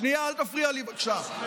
שנייה, אל תפריע לי, בבקשה.